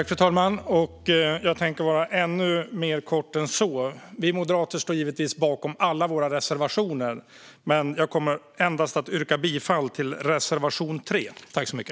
Fru talman! Jag tänker vara ännu mer kortfattad. Vi moderater står givetvis bakom alla våra reservationer, men jag yrkar bifall endast till reservation 3.